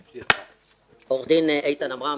עו"ד איתן עמרם,